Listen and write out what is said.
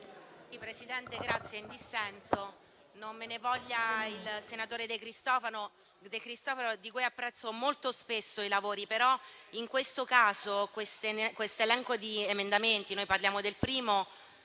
Presidente, non me ne voglia il senatore De Cristofaro, di cui apprezzo molto spesso i lavori, ma non in questo caso, sull'elenco di emendamenti. Noi parliamo del primo,